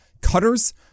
cutters